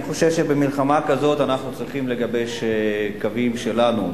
אני חושב שבמלחמה כזאת אנחנו צריכים לגבש קווים שלנו,